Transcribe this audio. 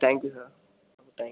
thank you sir അപ്പോൾ thank you